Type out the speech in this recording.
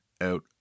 Out